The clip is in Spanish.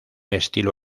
estilo